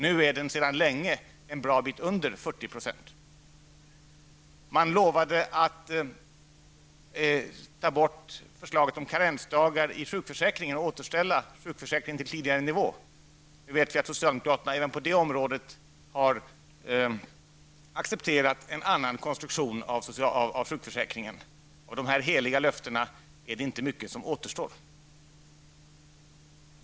Nu är den sedan länge en bra bit under 40 %. Man lovade att ta bort förslaget om karensdagar i sjukförsäkringen och återställa sjukförsäkringen till tidigare nivå. Nu vet vi att socialdemokraterna även på det området har accepterat en annan konstruktion av sjukförsäkringen. Av dessa heliga löften är det inte mycket som återstår.